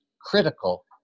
critical